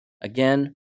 again